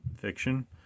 fiction